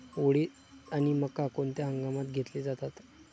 उडीद आणि मका कोणत्या हंगामात घेतले जातात?